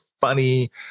funny